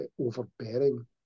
overbearing